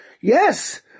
Yes